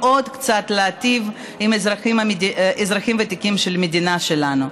עוד קצת להיטיב עם האזרחים הוותיקים של המדינה שלנו,